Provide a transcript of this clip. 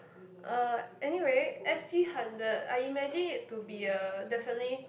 uh anyway S_G hundred I imagine it to be a definitely